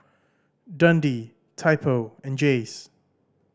Dundee Typo and Jays